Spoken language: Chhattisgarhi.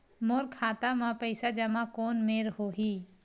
मोर खाता मा पईसा जमा कोन मेर होही?